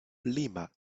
lima